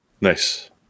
Nice